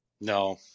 No